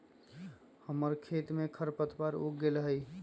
हमर खेत में खरपतवार उग गेल हई